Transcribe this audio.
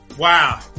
Wow